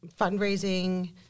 fundraising